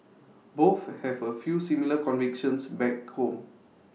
both have A few similar convictions back home